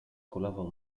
kulawą